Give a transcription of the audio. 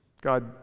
God